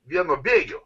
vieno bėgio